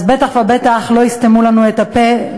אז בטח ובטח לא יסתמו לנו את הפה,